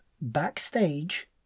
backstage